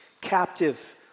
captive